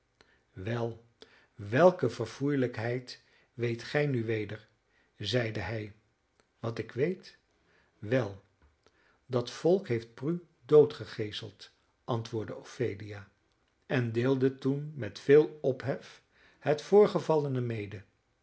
wel welke verfoeielijkheid weet gij nu weder zeide hij wat ik weet wel dat volk heeft prue dood gegeeseld antwoordde ophelia en deelde toen met veel ophef het voorgevallene mede